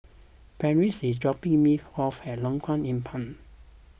Parrish is dropping me off at Lengkong Empat